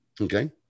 Okay